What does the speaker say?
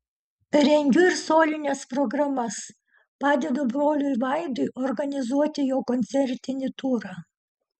rengiu ir solines programas padedu broliui vaidui organizuoti jo koncertinį turą